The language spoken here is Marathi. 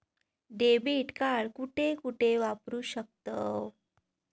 डेबिट कार्ड कुठे कुठे वापरू शकतव?